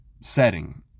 setting